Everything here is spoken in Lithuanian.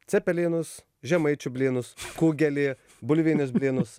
cepelinus žemaičių blynus kugelį bulvinius blynus